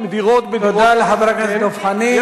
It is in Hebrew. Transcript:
תודה לחבר הכנסת דב חנין.